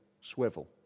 swivel